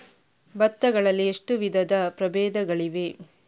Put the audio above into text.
ಭತ್ತ ಗಳಲ್ಲಿ ಎಷ್ಟು ವಿಧದ ಪ್ರಬೇಧಗಳಿವೆ?